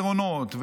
במסדרונות,